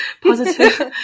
Positive